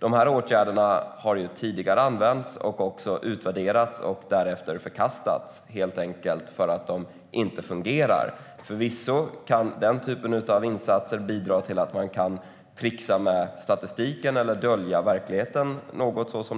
De här åtgärderna har använts tidigare, utvärderats och därefter förkastats för att de helt enkelt inte fungerar. Förvisso kan den typen av insatser bidra till att man kan trixa med statistiken eller dölja verkligheten något.